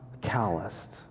calloused